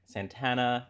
Santana